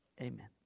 Amen